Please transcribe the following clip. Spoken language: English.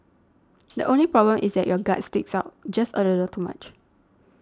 the only problem is that your gut sticks out just a little too much